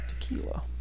Tequila